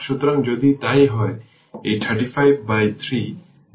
সুতরাং যদি তাই হয় এই 35 বাই 3 দেখুন যা r অ্যাম্পিয়ার